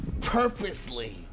purposely